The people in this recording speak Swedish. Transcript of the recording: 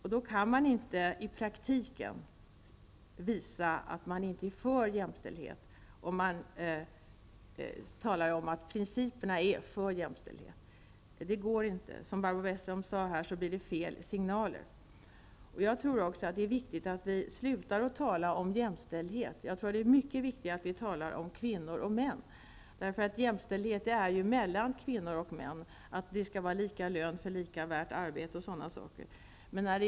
Då går det inte att i praktiken visa att man inte är för jämställdhet, om man talar om att principerna är för jämställdhet. Precis som Barbro Westerholm sade blir det fel signaler. Det är viktigt att sluta att tala om jämställdhet. Det är viktigare att tala om kvinnor och män. Jämställdhet skall råda mellan kvinnor och män, dvs. lika lön för lika värt arbete osv.